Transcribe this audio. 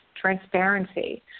transparency